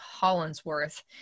Hollinsworth